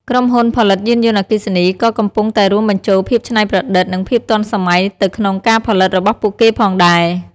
ក្រុមហ៊ុនផលិតយានយន្តអគ្គីសនី ក៏កំពុងតែរួមបញ្ចូលភាពច្នៃប្រឌិត និងភាពទាន់សម័យទៅក្នុងការផលិតរបស់ពួកគេផងដែរ។